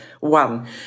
one